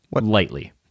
Lightly